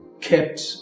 kept